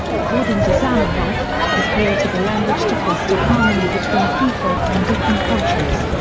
according to zamenhof, he created the language to foster harmony between people from different countries.